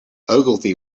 ogilvy